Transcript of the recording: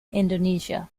indonesia